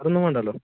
അതൊന്നും വേണ്ടല്ലോ